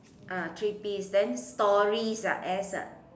ah three piece then stories ah S ah